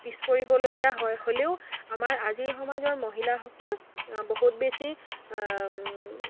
পিছ পৰিবলগীয়া হয় হ'লেও আমাৰ আজিৰ সমাজৰ মহিলাসকল বহুত বেছি